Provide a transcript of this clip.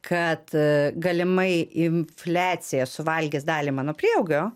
kad galimai infliacija suvalgys dalį mano prieaugio